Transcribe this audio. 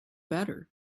better